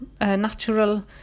natural